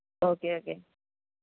okay okay